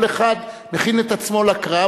כל אחד מכין את עצמו לקרב,